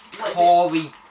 Corey